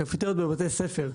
הקפיטריות בבתי ספר,